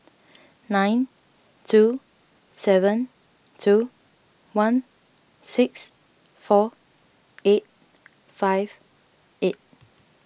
nine two seven two one six four eight five eight